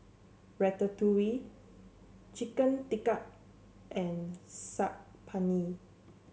Ratatouille Chicken Tikka and Saag Paneer